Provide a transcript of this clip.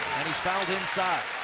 and he's fouled inside.